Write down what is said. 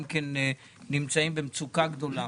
הם גם כן נמצאים במצוקה גדולה.